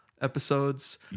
episodes